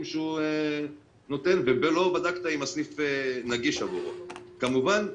שהוא נותן ולא בדקת אם הסניף נגיש עבורו כמובן,